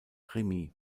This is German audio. remis